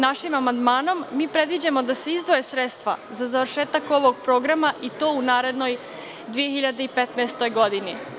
Našim amandmanom mi predviđamo da se izdvoje sredstva za završetak ovog programa i to u narednoj 2015. godini.